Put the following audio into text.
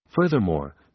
Furthermore